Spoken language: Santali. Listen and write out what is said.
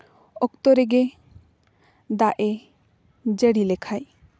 ᱚᱠᱛᱚ ᱨᱮᱜᱮ ᱫᱟᱜᱼᱮ ᱡᱟᱹᱲᱤ ᱞᱮᱠᱷᱟᱱ